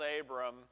Abram